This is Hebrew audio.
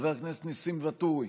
חבר הכנסת ניסים ואטורי,